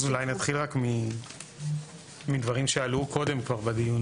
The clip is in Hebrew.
אז אולי נתחיל רק מדברים שעלו קודם בדיון.